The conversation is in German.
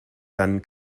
dann